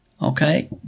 Okay